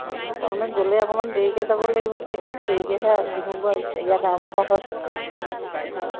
অঁ তাৰমানে গ'লে অকণমান দেৰিকৈ যাব লাগিব চাগৈ দেৰিকৈহে বিহুবোৰ ইয়াত আৰম্ভ হয় হয়